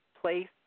place